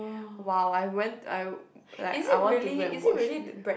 !wow! I went I like I want to go and watch again